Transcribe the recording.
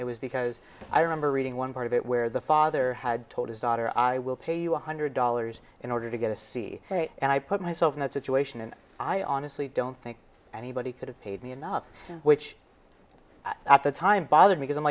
it was because i remember reading one part of it where the father had told his daughter i will pay you one hundred dollars in order to get a c and i put myself in that situation and i honestly don't think anybody could have paid me enough which at the time bothered because i'm